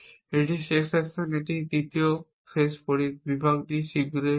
এটি শেষ অ্যাকশন এটি দ্বিতীয় শেষ বিভাগটি শীঘ্রই হবে